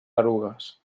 erugues